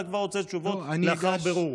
אתה כבר רוצה תשובות לאחר בירור.